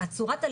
צורת הלמידה,